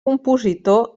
compositor